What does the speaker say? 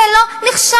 זה לא נחשב.